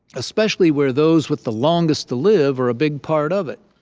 especially where those with the longest to live are a big part of it.